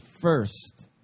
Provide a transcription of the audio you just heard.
first